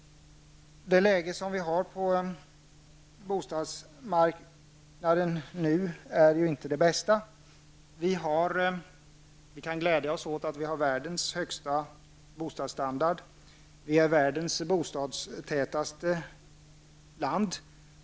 Det läge som vi nu har på bostadsmarknaden är inte det bästa. Vi kan glädja oss åt att vi har världens högsta bostadsstandard. Sverige är världens bostadstätaste land.